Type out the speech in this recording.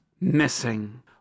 missing